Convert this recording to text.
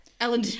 Ellen